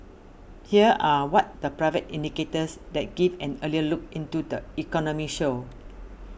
here are what the private indicators that give an earlier look into the economy show